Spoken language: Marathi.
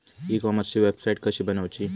ई कॉमर्सची वेबसाईट कशी बनवची?